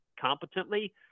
competently